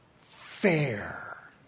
fair